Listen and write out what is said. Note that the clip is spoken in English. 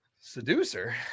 seducer